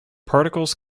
particles